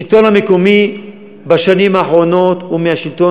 השלטון המקומי בשנים האחרונות הוא מהשלטונות